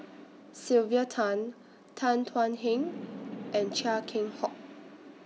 Sylvia Tan Tan Thuan Heng and Chia Keng Hock